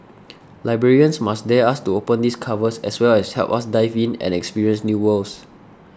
librarians must dare us to open these covers as well as help us dive in and experience new worlds